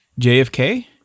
JFK